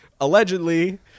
Allegedly